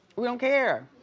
we don't care.